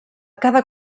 cada